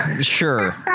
Sure